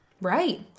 Right